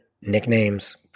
nicknames